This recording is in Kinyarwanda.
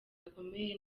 gakomeye